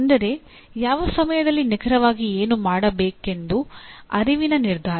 ಅಂದರೆ ಯಾವ ಸಮಯದಲ್ಲಿ ನಿಖರವಾಗಿ ಏನು ಮಾಡಬೇಕೆಂಬುದು ಅರಿವಿನ ನಿರ್ಧಾರ